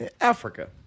Africa